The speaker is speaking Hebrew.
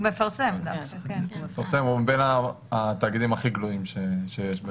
הוא בין התאגידים הכי גלויים שיש.